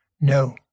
no